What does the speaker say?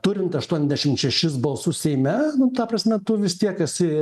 turint aštuondešim šešis balsus seime nu ta prasme tu vis tiek esi